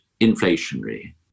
inflationary